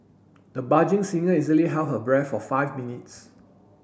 the singer easily held her breath for five minutes